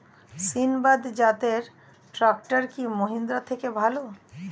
সিণবাদ জাতের ট্রাকটার কি মহিন্দ্রার থেকে ভালো?